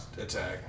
Attack